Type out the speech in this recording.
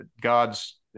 God's